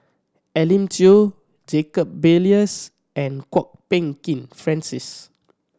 Elim Chew Jacob Ballas and Kwok Peng Kin Francis